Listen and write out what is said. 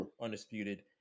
undisputed